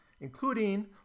including